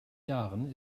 jahren